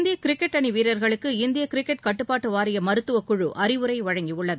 இந்திய கிரிக்கெட் அணி வீரர்களுக்கு இந்திய கிரிக்கெட் கட்டுப்பாட்டு வாரிய மருத்துவ குழு அறிவுரை வழங்கியுள்ளது